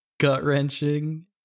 gut-wrenching